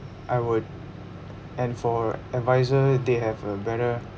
I would and for adviser they have a better